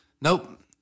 Nope